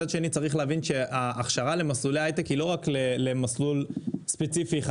מצד צריך להבין שההכשרה למסלולי היי-טק היא לא רק למסלול ספציפי אחד.